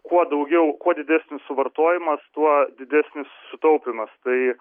kuo daugiau kuo didesnis suvartojimas tuo didesnis sutaupymas tai